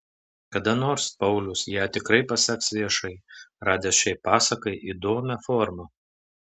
kada nors paulius ją tikrai paseks viešai radęs šiai pasakai įdomią formą